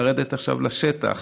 לרדת עכשיו לשטח.